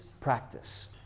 practice